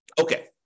Okay